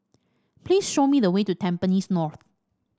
please show me the way to Tampines North